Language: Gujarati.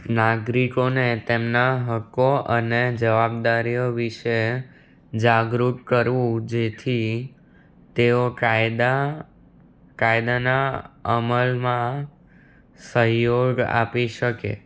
નાગરિકોને તેમના હકો અને જવાબદારીઓ વિષે જાગૃત કરવું જેથી તેઓ કાયદા કાયદાના અમલમાં સહયોગ આપી શકે